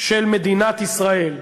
של מדינת ישראל.